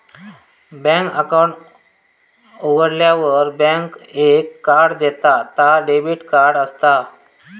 bank account उघाडल्यार bank एक card देता ता डेबिट कार्ड असता